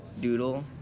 Doodle